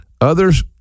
others